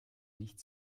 nicht